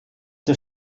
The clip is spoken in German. der